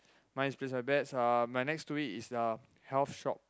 mine is beside beds uh my next to it is uh health shop